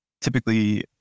typically